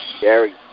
Gary